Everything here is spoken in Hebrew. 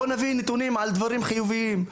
בואו נביא נתונים על דברים חיוביים,